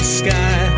sky